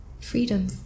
Freedom